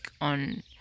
on